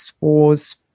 wars